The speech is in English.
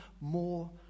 more